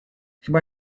chyba